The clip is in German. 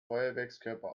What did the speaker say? feuerwerkskörper